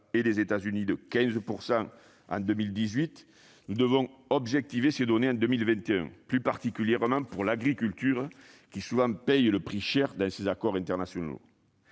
et les États-Unis de 15 % en 2018, nous devons objectiver ces données en 2021, plus particulièrement pour l'agriculture, qui paie souvent le prix cher de ces accords internationaux.